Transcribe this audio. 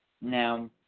now